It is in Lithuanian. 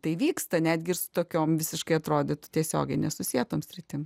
tai vyksta netgi ir su tokiom visiškai atrodytų tiesiogiai nesusietom sritim